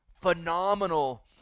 phenomenal